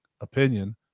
opinion